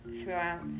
throughout